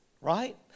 right